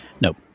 No